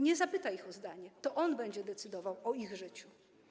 Nie zapyta ich o zdanie, to on będzie decydował o ich życiu.